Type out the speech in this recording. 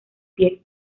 pie